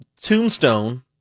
Tombstone